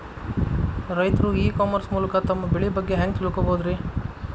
ರೈತರು e commerce ಮೂಲಕ ತಮ್ಮ ಬೆಳಿ ಬಗ್ಗೆ ಹ್ಯಾಂಗ ತಿಳ್ಕೊಬಹುದ್ರೇ?